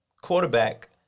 quarterback